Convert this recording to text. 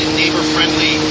neighbor-friendly